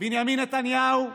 בנימין נתניהו בעד,